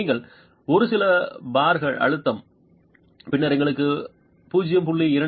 நீங்கள் ஒரு சில பார்கள் அழுத்தம் பின்னர் எங்களுக்கு 0